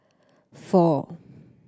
four